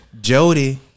Jody